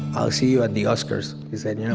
i'll see you at the oscars, he said. yeah